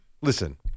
Listen